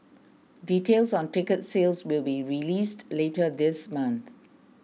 details on ticket sales will be released later this month